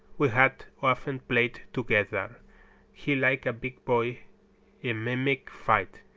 we had often played together he like a big boy in mimic fight,